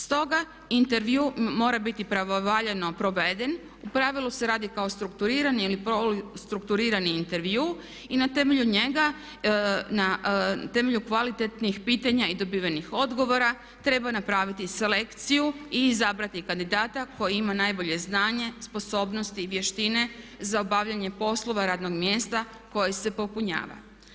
Stoga intervju mora biti pravovaljano proveden, u pravilu se radi kao strukturirani ili poli strukturirani intervju i na temelju njega, na temelju kvalitetnih pitanja i dobivenih odgovara treba napraviti selekciju i izabrati kandidata koji ima najbolje znanje, sposobnosti i vještine za obavljanje poslova radnog mjesta koje se popunjava.